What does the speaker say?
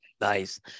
Nice